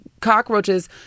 cockroaches